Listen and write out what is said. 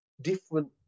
different